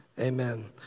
Amen